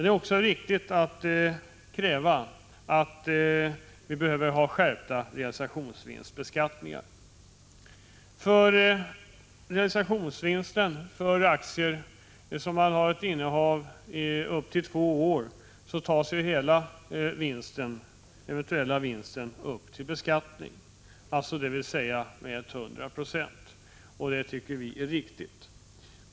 Det är också riktigt att kräva en skärpning av realisationsvinstbeskattningar. Hela vinsten läggs till grund vid beräkning av reavinsten på aktier som man haft högst två år. De beskattas alltså till 100 26. Det tycker vi är riktigt.